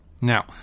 Now